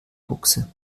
buchse